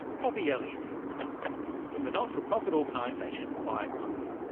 poppy elliott from the not-for profit organisation quiet mark.